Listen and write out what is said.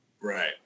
Right